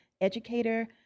educator